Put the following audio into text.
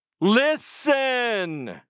listen